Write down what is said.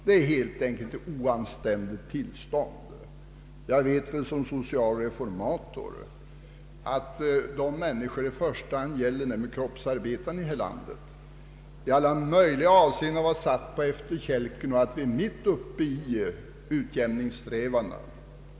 Det är helt enkelt ett oanständigt tillstånd som råder. Jag vet som socialreformator att de människor det i första hand gäller, nämligen kroppsarbetarna i detta land, i alla möjliga avseenden blivit satta på efterkälken mitt i utjämningssträvandena.